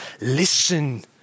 Listen